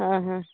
ହଁ ହଁ